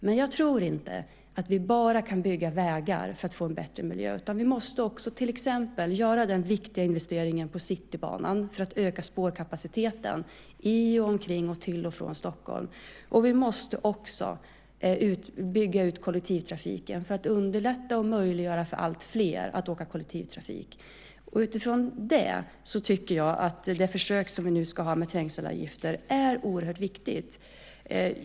Men jag tror inte att vi bara kan bygga vägar för att få en bättre miljö, utan vi måste också till exempel göra den viktiga investeringen i Citybanan för att öka spårkapaciteten i och omkring och till och från Stockholm. Vi måste också bygga ut kollektivtrafiken för att underlätta och möjliggöra för alltfler att åka kollektivt. Utifrån detta tycker jag att det försök som vi nu ska ha med trängselavgifter är oerhört viktigt.